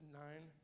nine